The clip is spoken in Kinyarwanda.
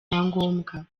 cyangombwa